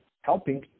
helping